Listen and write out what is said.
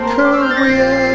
Korea